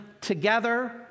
together